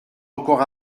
encore